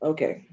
Okay